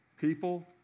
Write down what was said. People